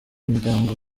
imiryango